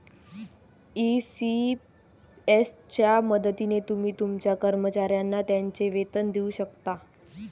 ECS च्या मदतीने तुम्ही तुमच्या कर्मचाऱ्यांना त्यांचे वेतन देऊ शकता